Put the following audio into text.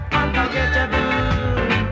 unforgettable